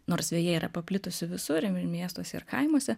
nors veja yra paplitusi visur ir miestuose ir kaimuose